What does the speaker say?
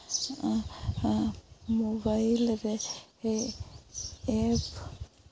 mobile ᱨᱮ F